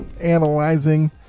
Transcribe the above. analyzing